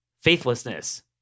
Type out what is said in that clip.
Faithlessness